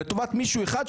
לטובת אדם אחד,